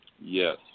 Yes